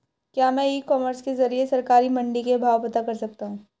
क्या मैं e commerce के ज़रिए सरकारी मंडी के भाव पता कर सकता हूँ?